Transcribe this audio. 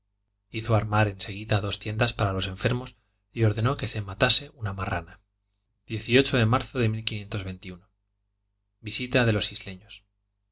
hizo armar en seguida dos tiendas para los enfermos y ordenó que se matase una marrana de marzo de visita de los isleños